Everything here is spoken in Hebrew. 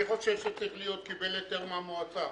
אני חושב שצריך להיות: קיבל היתר מהמועצה.